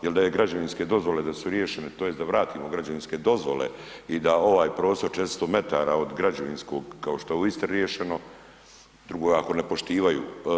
Jer da je građevinske dozvole da su riješene tj. da vratimo građevinske dozvole i da ovaj prostor 400 metara od građevinskog kao što je u Istri riješeno, drugo je ako ne poštivaju.